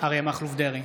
אריה מכלוף דרעי,